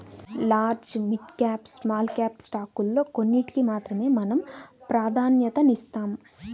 large, mid cap, small cap స్టాకుల్లో కొన్నిటికి మాత్రమే మనం ప్రాధన్యతనిస్తాం